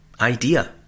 idea